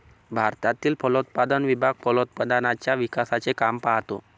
भारतातील फलोत्पादन विभाग फलोत्पादनाच्या विकासाचे काम पाहतो